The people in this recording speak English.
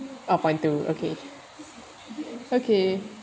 oh point two okay okay